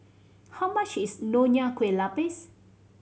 how much is Nonya Kueh Lapis